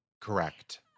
Correct